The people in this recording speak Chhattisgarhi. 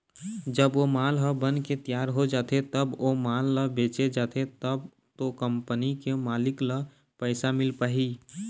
जब ओ माल ह बनके तियार हो जाथे तब ओ माल ल बेंचे जाथे तब तो कंपनी के मालिक ल पइसा मिल पाही